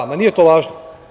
Ma nije to važno.